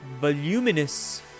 voluminous